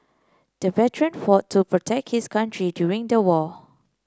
the veteran fought to protect his country during the war